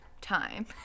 time